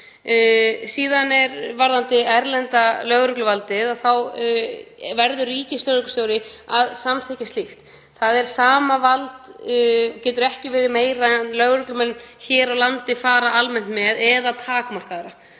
Varðandi erlenda lögregluvaldið þá verður ríkislögreglustjóri að samþykkja slíkt. Það er sama vald og getur ekki verið meira en lögreglumenn hér á landi fara almennt með eða takmarkaðra,